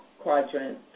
quadrant